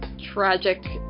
tragic